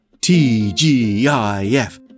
T-G-I-F